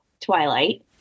Twilight